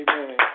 Amen